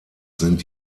sind